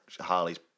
Harley's